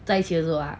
在一起的时后